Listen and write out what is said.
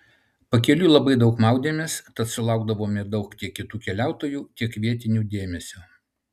pakeliui labai daug maudėmės tad sulaukdavome daug tiek kitų keliautojų tiek vietinių dėmesio